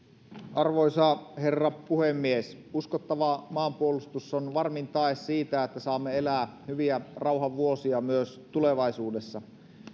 arvoisa herra puhemies uskottava maanpuolustus on varmin tae siitä että saamme elää hyviä rauhan vuosia myös tulevaisuudessa